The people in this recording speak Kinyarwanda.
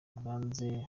bwanze